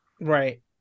Right